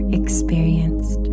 experienced